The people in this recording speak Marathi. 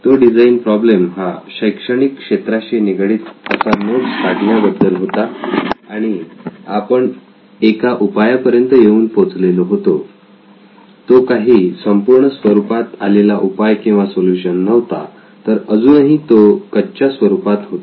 तो डिझाईन प्रॉब्लेम हा शैक्षणिक क्षेत्राशी निगडित असा नोट्स काढल्याबद्दल होता आणि आपण एका उपाया पर्यंत येऊन पोचलो होतो तो काही संपूर्ण स्वरुपात असलेला उपाय किंवा सोल्युशन नव्हता तर अजुनही तो एका कच्च्या स्वरूपात होता